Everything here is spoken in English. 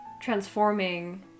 transforming